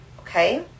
Okay